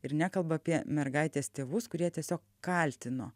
ir nekalba apie mergaitės tėvus kurie tiesiog kaltino